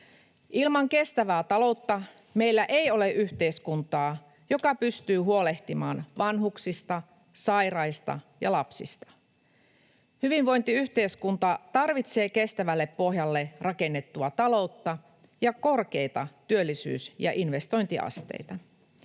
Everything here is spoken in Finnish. Ilman kestävää taloutta meillä ei ole yhteiskuntaa, joka pystyy huolehtimaan vanhuksista, sairaista ja lapsista. Hyvinvointiyhteiskunta tarvitsee kestävälle pohjalle rakennettua ta-loutta ja korkeita työllisyys- ja investointiasteita.